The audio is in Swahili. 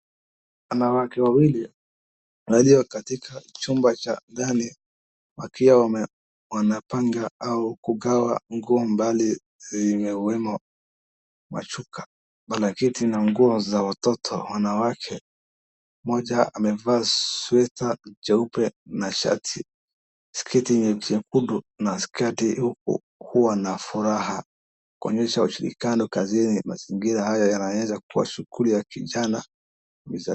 Kuna watu wawili waliokatika chumba fulani wakiwa wanapanga au kugawa nguo mbali mbali zikiwemo mashuka. Wanaketi na nguo za watoto wanawake mmoja amevaa sweta jeupe na shati, sketi nyekundu na huku wakiwa na furaha kuonyesha ushirikiano kazini mazingira haya yanaonyesha kushukuru kijana...